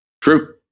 True